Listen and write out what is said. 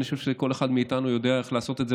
אני חושב שכל אחד מאיתנו יודע איך לעשות את זה.